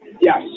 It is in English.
Yes